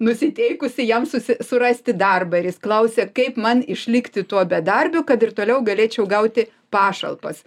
nusiteikusi jam susi surasti darbą ir jis klausė kaip man išlikti tuo bedarbiu kad ir toliau galėčiau gauti pašalpas